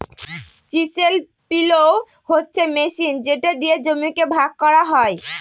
chisel plough হচ্ছে machine যেটা দিয়ে জমিকে ভাগ করা হয়